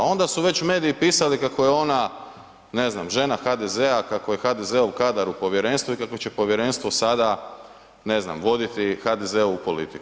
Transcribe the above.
Onda su već mediji pisali kako je ona, ne znam, žena HDZ-a, kako je HDZ-ov kadar u povjerenstvu i kako će povjerenstvo sada, ne znam, voditi HDZ-ovu politiku.